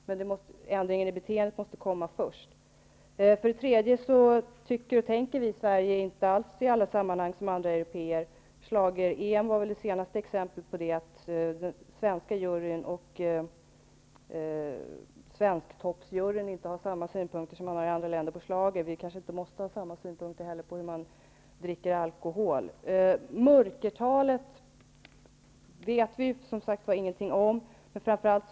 Men ändringen i beteendet måste komma först. Dessutom tycker och tänker vi i Sverige inte i alla sammanhang som andra européer. Schlager-EM var väl det senaste exemplet på det. Den svenska juryn och Svensktoppsjuryn har inte samma synpunkter på schlager som man har i andra länder. Vi kanske inte måste ha samma synpunkter på hur man dricker alkohol heller. Vi vet ingenting om mörkertalet.